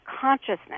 consciousness